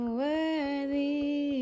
worthy